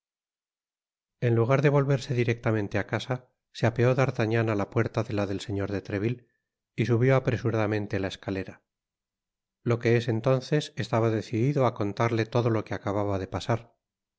en lugar de volverse directamente á casa se apeó d'artagnan á la puerta de la del señor de treville y subió apresuradamente la escalera lo que es entonces estaba decidido á contarle todo lo que acababa de pasar